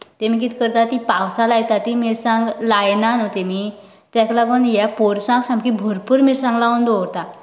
तेमी कितें करता ती पावासा लायता ती मिरसांग लायना न्हू तेमी तेका लागून हे पोरसांक सामकी भरपूर मिरसांगो लावन दवरता